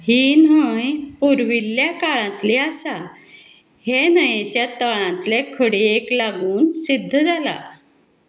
ही न्हंय पुर्विल्ल्या काळांतली आसा हे न्हंयेच्या तळांतले खडयेक लागून सिद्ध जालां